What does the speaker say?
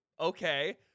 Okay